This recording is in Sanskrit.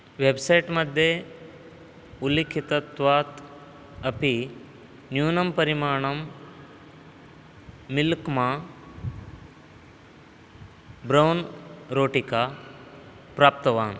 वेब्सैट् मध्ये उल्लिखितत्वात् अपि न्यूनं परिमाणं मिल्क् मा ब्रौन् रौटिका प्राप्तवान्